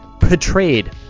portrayed